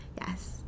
yes